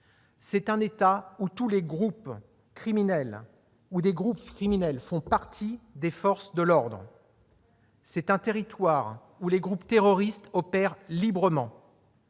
est un État failli. C'est un État où des groupes criminels font partie des forces de l'ordre. C'est un territoire où les groupes terroristes opèrent librement.